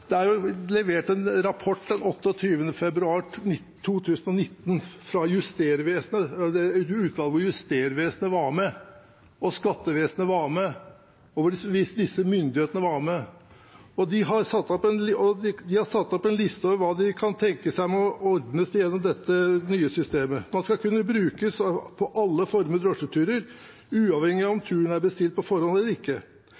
levert en rapport fra et utvalg der Justervesenet, skattevesenet og andre myndigheter var med. De satte opp en liste over hva de kan tenke seg må ordnes gjennom det nye systemet. I rapporten står det at «en digital kontrollutrustning skal: Kunne brukes på alle former for drosjeturer, uavhengig av